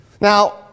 Now